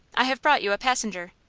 i have brought you a passenger.